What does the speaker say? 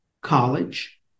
college